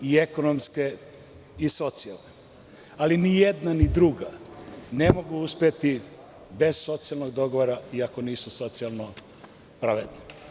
I ekonomske i socijalne, ali ni jedna ni druga ne mogu uspeti bez socijalnog dogovora i ako nisu socijalno pravedne.